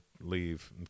leave